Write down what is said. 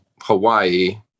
Hawaii